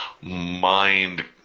mind